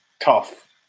tough